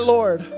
Lord